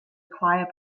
choir